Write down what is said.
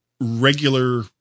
regular